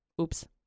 Oops